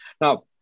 Now